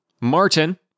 Martin